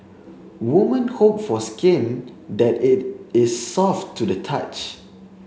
women hope for skin that it is soft to the touch